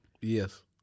Yes